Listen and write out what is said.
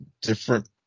different